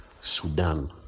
Sudan